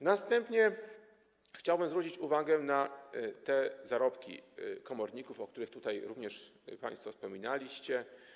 Następnie chciałbym zwrócić uwagę na zarobki komorników, o których tutaj również państwo wspominaliście.